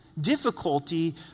Difficulty